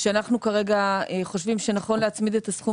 שאנחנו כרגע חושבים שנכון להצמיד את הסכום